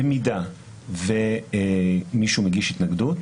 במידה ומישהו מגיש התנגדות,